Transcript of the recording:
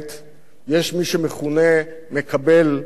יש מי שמכונה "מקבל ההחלטות",